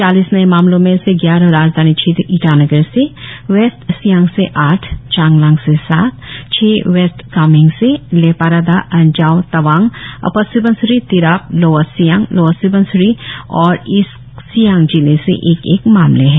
चालिस नए मामलो में से ग्यारह राजधानी क्षेत्र ईटानगर से वेस्ट सियांग से आठ चांगलांग से सात छ वेस्ट कामेंग से Leparada Anjaw Tawang Upper Subansiri Tirap Lower Siang Lower Subansiri और ईस्ट सियांग जिले से एक एक मामले है